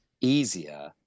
easier